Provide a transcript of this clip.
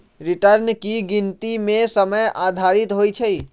return की गिनति के समय आधारित होइ छइ